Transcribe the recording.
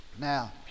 Now